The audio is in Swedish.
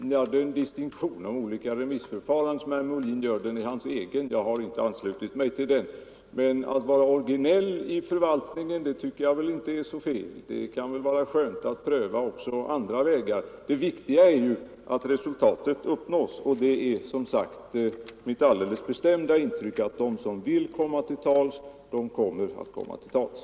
Herr talman! Den distinktion mellan olika remissförfaranden som herr Molin gör är hans egen. Jag har inte anslutit mig till den. Men att vara originell i förvaltningen tycker jag inte är felaktigt. Det kan väl vara skönt att pröva också nya vägar. Det viktiga är ju att det önskade resultatet uppnås, och det är som sagt mitt alldeles bestämda intryck att de som vill komma till tals också kommer till tals.